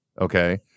Okay